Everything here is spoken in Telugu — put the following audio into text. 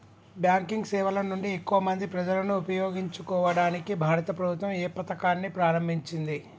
బ్యాంకింగ్ సేవల నుండి ఎక్కువ మంది ప్రజలను ఉపయోగించుకోవడానికి భారత ప్రభుత్వం ఏ పథకాన్ని ప్రారంభించింది?